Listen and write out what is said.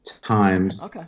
times